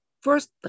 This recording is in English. first